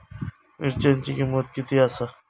मिरच्यांची किंमत किती आसा?